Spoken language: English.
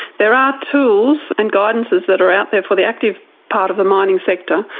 there are tools and guidances that are out there for the active part of the mining sector,